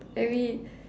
every